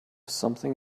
something